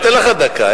אתן לך דקה.